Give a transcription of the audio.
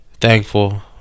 Thankful